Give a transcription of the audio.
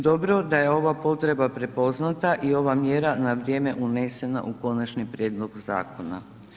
Dobro da je ova potreba prepoznata i ova mjera na vrijeme unesena u Konačni prijedlog zakona.